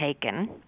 taken